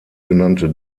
genannte